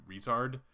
retard